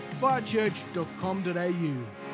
firechurch.com.au